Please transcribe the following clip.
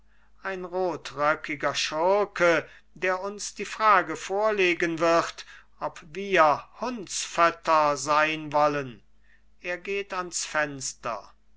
ein rotröckiger schurke der uns die frage vorlegen wird ob wir hundsfötter sein wollen er geht ans fenster